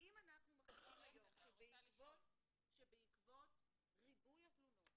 אם אנחנו מחליטים היום שבעקבות ריבוי התלונות